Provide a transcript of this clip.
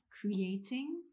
creating